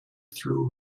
through